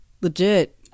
legit